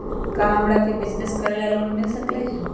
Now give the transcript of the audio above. का हमरा के बिजनेस करेला लोन मिल सकलई ह?